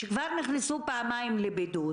שכבר נכנס פעמיים לבידוד,